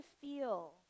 feel